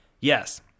Yes